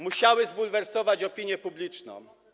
musiały zbulwersować opinię publiczną.